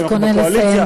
לפעמים אנחנו בקואליציה,